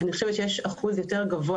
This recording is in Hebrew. שיש אחוז יותר גבוה,